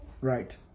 Right